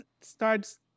starts